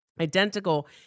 Identical